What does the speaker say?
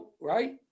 right